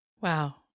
Wow